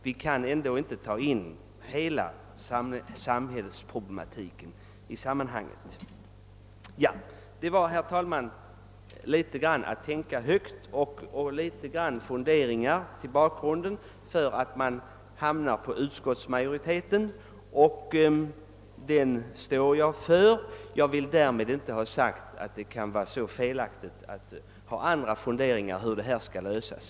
Vi kan ändå inte föra in hela samhällsproblematiken i detta sammanhang. Herr talman! Detta är något av vad som ligger bakom mitt stöd av utskottsmajoriteten. Jag står för detta men vill därmed inte ha sagt att det behöver vara så felaktigt att ha andra funderingar om hur frågan skall lösas.